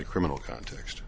the criminal context